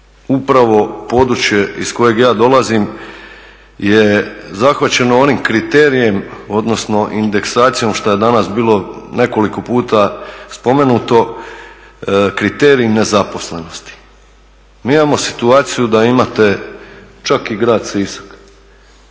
upravo područje iz kojeg ja dolazim je zahvaćeno onim kriterijem odnosno indeksacijom što je danas bilo nekoliko puta spomenuto, kriterij nezaposlenosti. Mi imamo situaciju da imate čak i grad Sisak